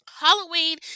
Halloween